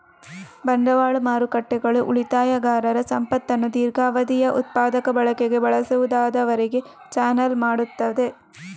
ಬಂಡವಾಳ ಮಾರುಕಟ್ಟೆಗಳು ಉಳಿತಾಯಗಾರರ ಸಂಪತ್ತನ್ನು ದೀರ್ಘಾವಧಿಯ ಉತ್ಪಾದಕ ಬಳಕೆಗೆ ಬಳಸಬಹುದಾದವರಿಗೆ ಚಾನಲ್ ಮಾಡುತ್ತವೆ